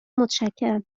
متشکرم